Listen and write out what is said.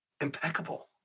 impeccable